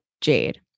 Jade